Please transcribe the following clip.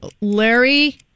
Larry